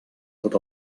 tot